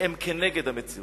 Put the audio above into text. שהן נגד המציאות.